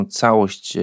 całość